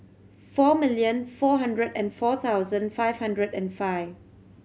four million four hundred and four thousand five hundred and five